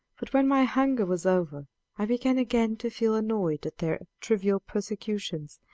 but when my hunger was over i began again to feel annoyed at their trivial persecutions,